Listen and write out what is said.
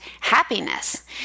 happiness